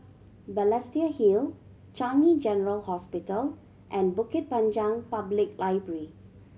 Balestier Hill Changi General Hospital and Bukit Panjang Public Library